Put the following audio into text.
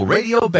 Radio